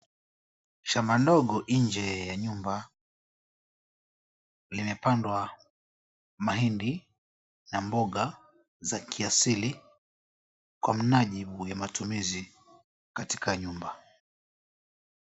Shamba ndogonje ya nyumba, limepandwa mahindi na mboga za kiasili kwa mnajili wa matumizi katika nyumba.